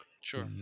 Sure